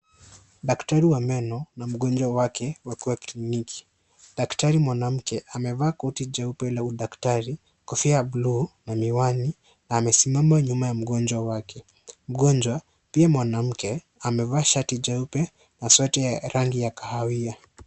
Daktari wa meno, na mgonjwa wake, wakiwa kliniki. Daktari, mwanamke amevaa koti jeupe la daktari, kofia la blue na miwani na amesimama, nyuma ya mgonjwa wake. Mgonjwa, aliye mwanamke, amevaa shati jeupe na sweta ya rangi ya kahawia.